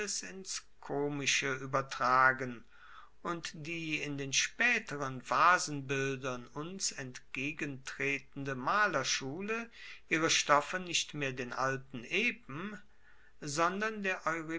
ins komische uebertragen und die in den spaeteren vasenbildern uns entgegentretende malerschule ihre stoffe nicht mehr den alten epen sondern der